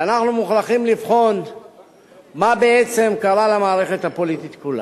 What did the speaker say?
שאנחנו מוכרחים לבחון מה בעצם קרה למערכת הפוליטית כולה.